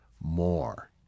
more